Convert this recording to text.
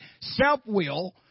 self-will